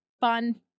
fun